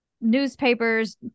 newspapers